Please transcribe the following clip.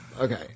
Okay